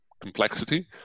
complexity